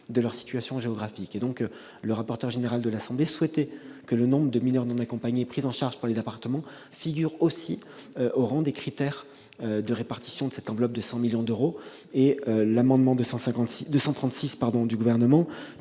de leur situation géographique. Le rapporteur général de l'Assemblée nationale souhaitait que le nombre de mineurs non accompagnés pris en charge par les départements figure aussi au rang des critères de répartition de cette enveloppe de 100 millions d'euros. L'amendement vise simplement